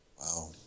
Wow